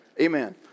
Amen